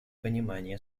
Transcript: понимание